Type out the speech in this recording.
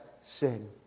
sin